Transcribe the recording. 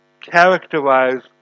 characterize